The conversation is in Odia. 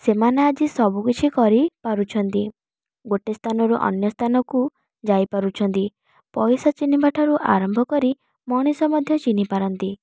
ସେମାନେ ଆଜି ସବୁକିଛି କରିପାରୁଛନ୍ତି ଗୋଟେ ସ୍ଥାନରୁ ଅନ୍ୟ ସ୍ଥାନକୁ ଯାଇ ପାରୁଛନ୍ତି ପଇସା ଚିହ୍ନିବା ଠାରୁ ଆରମ୍ଭ କରି ମଣିଷ ମଧ୍ୟ ଚିହ୍ନିପାରନ୍ତି